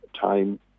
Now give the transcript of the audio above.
time